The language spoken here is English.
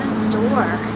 store